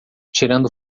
tirando